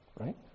right